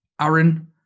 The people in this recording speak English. Aaron